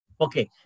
Okay